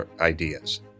ideas